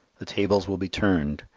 the tables will be turned,